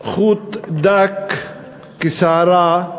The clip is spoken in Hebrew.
חוט דק כשערה,